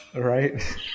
Right